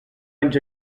anys